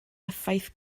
effaith